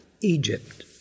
Egypt